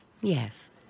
Yes